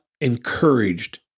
encouraged